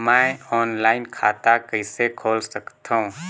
मैं ऑनलाइन खाता कइसे खोल सकथव?